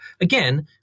Again